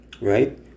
right